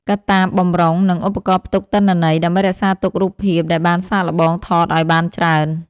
កាតាប បម្រុង និងឧបករណ៍ផ្ទុកទិន្នន័យ ដើម្បីរក្សាទុករូបភាពដែលបានសាកល្បងថតឱ្យបានច្រើន។